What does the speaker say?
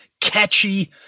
catchy